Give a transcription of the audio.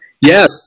yes